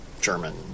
German